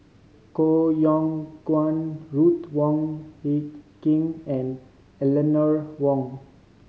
Koh Yong Guan Ruth Wong Hie King and Eleanor Wong